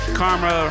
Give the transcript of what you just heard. karma